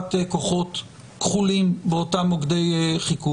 פריסת כוחות כחולים באותם מוקדי חיכוך,